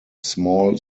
small